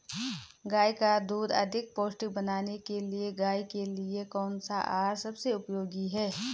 गाय का दूध अधिक पौष्टिक बनाने के लिए गाय के लिए कौन सा आहार सबसे उपयोगी है?